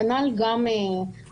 כנ"ל גם הפוך,